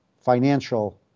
financial